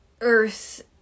Earth